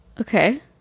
Okay